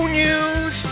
news